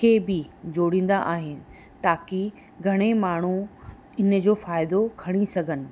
खे बि जोड़ींदा आहिनि ताकी घणेई माण्हू हिनजो फ़ाइदो खणी सघनि